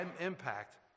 impact